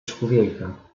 człowieka